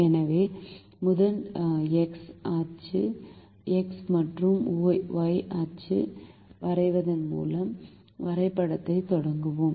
எனவே முதலில் எக்ஸ் அச்சு எக்ஸ் மற்றும் ஒய் அச்சு வரைவதன் மூலம் வரைபடத்தைத் தொடங்குவோம்